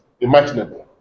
imaginable